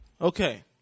Okay